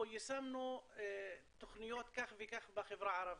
יישמנו תוכניות כך וכך בחברה הערבית,